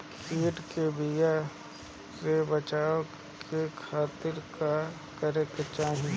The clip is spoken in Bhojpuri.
कीट के बीमारी से बचाव के खातिर का करे के चाही?